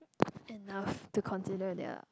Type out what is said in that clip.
enough to consider their